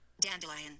dandelion